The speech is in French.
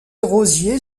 rosier